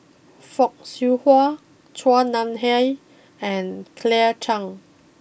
Fock Siew Wah Chua Nam Hai and Claire Chiang